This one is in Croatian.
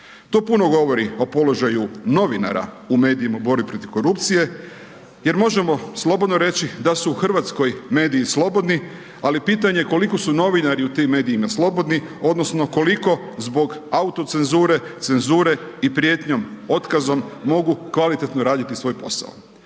To puno govori o položaju novinara u medijima u borbi protiv korupcije jer možemo slobodno reći, da su u Hrvatskoj mediji slobodni, ali pitanje je koliko su novinari u tim medijima slobodni, odnosno, koliko zbog autocenzure, cenzure i prijetnjom otkazom, mogu kvalitetno raditi svoj posao.